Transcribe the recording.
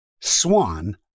Swan